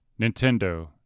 Nintendo